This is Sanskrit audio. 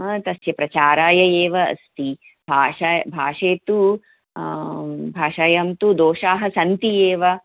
तस्य प्रचाराय एव अस्ति भाषा भाषे तु भाषायां तु दोषाः सन्ति एव